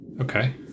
Okay